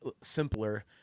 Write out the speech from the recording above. simpler